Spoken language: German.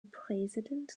präsident